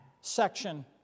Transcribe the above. section